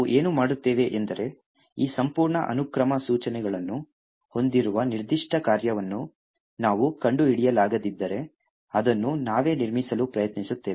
ನಾವು ಏನು ಮಾಡುತ್ತೇವೆ ಎಂದರೆ ಈ ಸಂಪೂರ್ಣ ಅನುಕ್ರಮ ಸೂಚನೆಗಳನ್ನು ಹೊಂದಿರುವ ನಿರ್ದಿಷ್ಟ ಕಾರ್ಯವನ್ನು ನಾವು ಕಂಡುಹಿಡಿಯಲಾಗದಿದ್ದರೆ ಅದನ್ನು ನಾವೇ ನಿರ್ಮಿಸಲು ಪ್ರಯತ್ನಿಸುತ್ತೇವೆ